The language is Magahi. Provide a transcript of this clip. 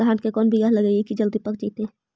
धान के कोन बियाह लगइबै की जल्दी पक जितै?